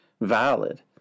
valid